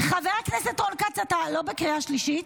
חבר הכנסת רון כץ, אתה לא בקריאה שלישית?